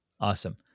awesome